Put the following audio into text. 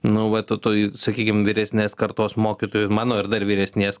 nu vat to toj sakykim vyresnės kartos mokytojų ir mano ir dar vyresnės